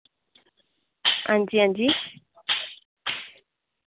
अंजी अंजी